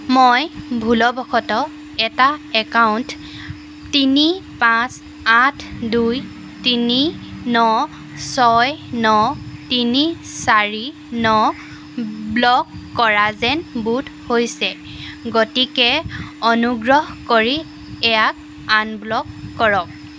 মই ভুলবশতঃ এটা একাউণ্ট তিনি পাঁচ আঠ দুই তিনি ন ছয় ন তিনি চাৰি ন ব্লক কৰা যেন বোধ হৈছে গতিকে অনুগ্ৰহ কৰি ইয়াক আনব্লক কৰক